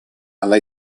alla